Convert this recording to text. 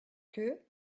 que